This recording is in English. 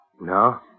No